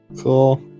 Cool